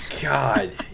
god